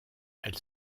elle